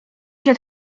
się